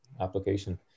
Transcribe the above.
application